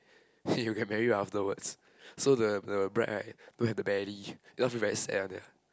you get married afterwards so the the bride right don't have the belly then I feel very sad on ya